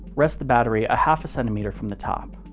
rest the battery a half a centimeter from the top.